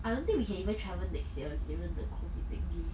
I don't think we can even travel next year given the COVID thingy